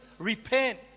repent